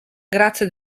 grazie